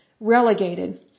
relegated